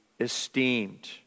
Esteemed